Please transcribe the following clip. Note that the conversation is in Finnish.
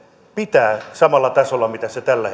pitää samalla tasolla kuin millä ne tällä